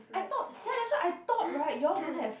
I thought that is what I thought right you all don't have